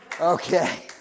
Okay